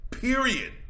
Period